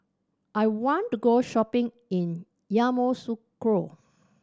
I want to go shopping in Yamoussoukro